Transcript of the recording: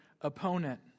opponent